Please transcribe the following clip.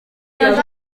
yaje